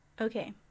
Okay